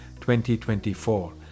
2024